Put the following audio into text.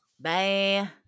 Bye